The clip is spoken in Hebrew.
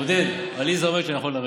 עודד, עליזה אומרת שאני יכול לרדת.